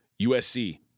USC